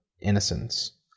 innocence